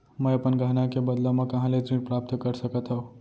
मै अपन गहना के बदला मा कहाँ ले ऋण प्राप्त कर सकत हव?